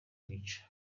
kwica